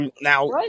now